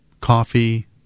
coffee